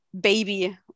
baby